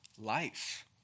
life